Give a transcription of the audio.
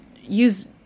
use